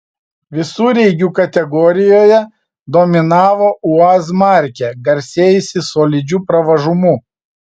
visureigių kategorijoje dominavo uaz markė garsėjusi solidžiu pravažumu